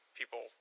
people